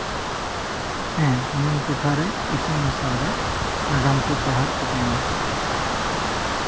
ᱦᱮᱸ ᱤᱧᱟᱹᱜ ᱴᱚᱴᱷᱟᱨᱮ ᱤᱛᱩᱱ ᱟᱥᱲᱟᱨᱮ ᱱᱟᱜᱟᱢ ᱠᱚ ᱯᱟᱲᱦᱟᱣ ᱮᱫ ᱠᱚ ᱠᱚᱜᱮᱭᱟ